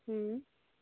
ہوں